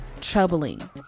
troubling